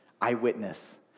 eyewitness